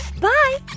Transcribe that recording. Bye